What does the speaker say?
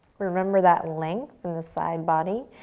remember that length in the side body,